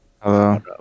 Hello